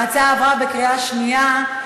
ההצעה עברה בקריאה שנייה.